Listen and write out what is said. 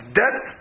death